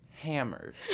Hammered